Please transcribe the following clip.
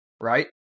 right